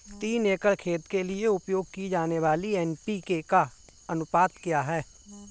तीन एकड़ खेत के लिए उपयोग की जाने वाली एन.पी.के का अनुपात क्या है?